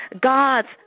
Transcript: God's